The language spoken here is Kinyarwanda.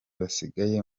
basigaye